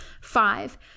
Five